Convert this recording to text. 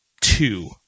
two